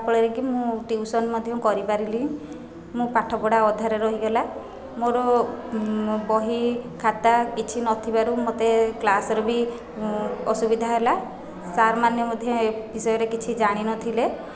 ଯାହାଫଳରେ କି ମୁଁ ଟିଉସନ୍ ମଧ୍ୟ କରିପାରିଲି ମୁଁ ପାଠପଢ଼ା ଅଧାରେ ରହିଗଲା ମୋର ବହି ଖାତା କିଛି ନଥିବାରୁ ମୋତେ କ୍ଳାସରେ ବି ଅସୁବିଧା ହେଲା ସାର୍ମାନେ ମଧ୍ୟ ଏ ବିଷୟରେ କିଛି ଜାଣି ନଥିଲେ